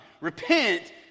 Repent